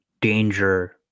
danger